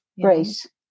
Great